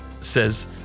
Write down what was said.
says